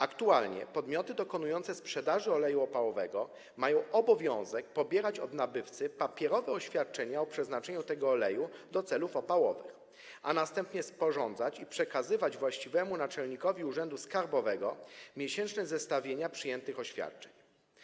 Aktualnie podmioty dokonujące sprzedaży oleju opałowego mają obowiązek pobierać od nabywcy papierowe oświadczenia o przeznaczeniu tego oleju do celów opałowych, a następnie sporządzać i przekazywać właściwemu naczelnikowi urzędu skarbowego miesięczne zestawienia przyjętych oświadczeń.